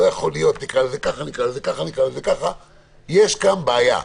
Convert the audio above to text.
נקרא לזה ככה, "יש כאן בעיה".